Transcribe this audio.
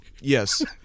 yes